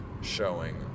showing